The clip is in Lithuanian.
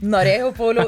norėjau pauliau